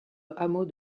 hameau